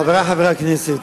חברי חברי הכנסת,